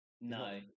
no